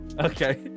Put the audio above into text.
Okay